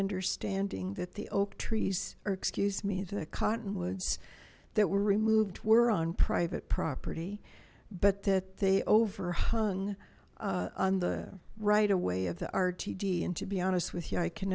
understanding that the oak trees are excuse me the cottonwoods that were removed were on private property but that they over hung on the right away of the rtd and to be honest with you i can